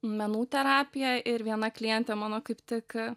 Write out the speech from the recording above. menų terapiją ir viena klientė mano kaip tik